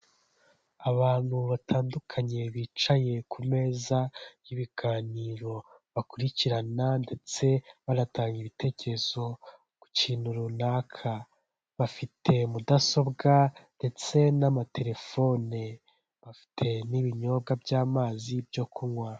Abantu batandukanye bicaye ku meza y'ibiganiro bakurikirana ndetse banatanga ibitekerezo ku kintu runaka. Bafite mudasobwa ndetse n'amatelefone, bafite n'ibinyobwa by'amazi byo kunywa.